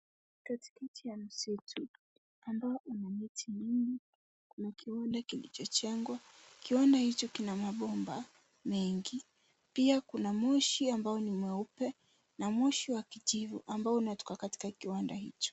Katikati ya msitu, ambao una miti mingi, kuna kiwanda kilichojengwa. Kione hicho kina mabomba, mengi, pia kuna moshi ambao ni mweupe na moshi wa kijivu ambao unatoka katika kiwanda hicho.